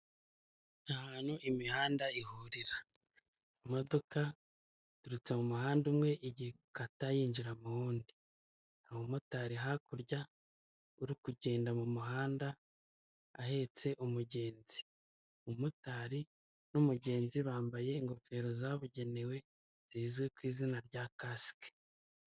Ahantu imihanda ihurira imodoka iturutse mu muhanda umwe igiye gukata yinjira mu wundi abamotari hakurya uri kugenda mu muhanda ahetse umugenzi, umumotari n'umugenzi bambaye ingofero zabugenewe zizwi ku izina rya kasike.